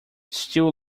still